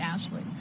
Ashley